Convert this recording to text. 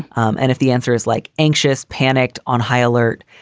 um and if the answer is like anxious, panicked on high alert.